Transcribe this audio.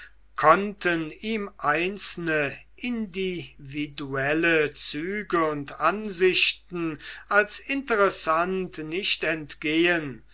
konnten ihm einzelne individuelle züge und ansichten als interessant nicht entgehen